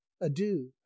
adieu